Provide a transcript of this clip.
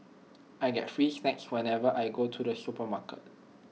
I get free snacks whenever I go to the supermarket